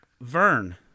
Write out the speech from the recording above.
Vern